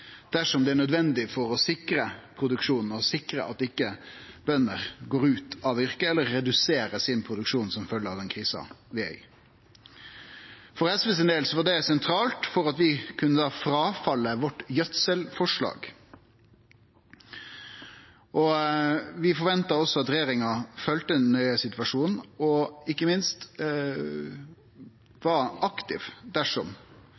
dersom det er nødvendig for å sikre produksjonen og sikre at bønder ikkje går ut av yrket eller reduserer produksjonen sin som følgje av den krisa vi er i. For SVs del var det sentralt for at vi da kunne droppe gjødselforslaget vårt. Vi forventa også at regjeringa følgde situasjonen nøye og ikkje minst var aktiv dersom